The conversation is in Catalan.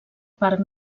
part